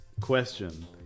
question